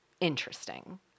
Interesting